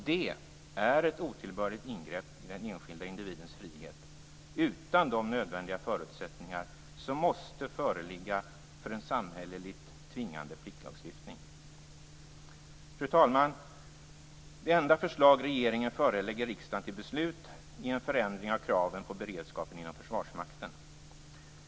Detta är ett otillbörligt ingrepp i den enskilde individens frihet utan de nödvändiga förutsättningar som måste föreligga för en samhälleligt tvingande pliktlagstiftning. Fru talman! Det enda förslag regeringen förelägger riksdagen till beslut är en förändring av kraven på beredskap inom Försvarsmakten.